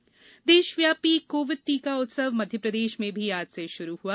टीकाकरण प्रदेश देशव्यापी कोविड टीका उत्सव मध्यप्रदेश में भी आज से शुरू हुआ